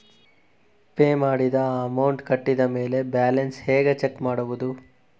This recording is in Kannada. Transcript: ಪೇ ಮಾಡಿದ ಅಮೌಂಟ್ ಕಟ್ಟಿದ ಮೇಲೆ ಬ್ಯಾಲೆನ್ಸ್ ಹೇಗೆ ಚೆಕ್ ಮಾಡುವುದು?